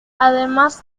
además